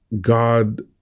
God